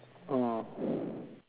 ah